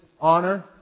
honor